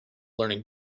learning